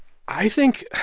i think i